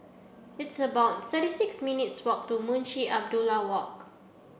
it's about thirty six minutes' walk to Munshi Abdullah Walk